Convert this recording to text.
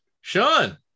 Sean